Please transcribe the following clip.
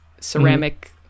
ceramic